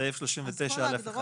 סעיף 39(א)(1).